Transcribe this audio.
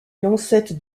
lancette